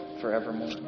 forevermore